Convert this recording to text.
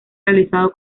realizado